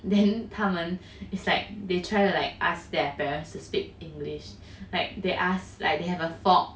then 他们 is like they try to like ask their parents to speak english like they ask like they have a fork